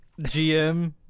GM